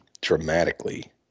dramatically